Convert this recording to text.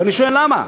ואני שואל, למה?